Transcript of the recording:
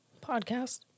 Podcast